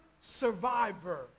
survivor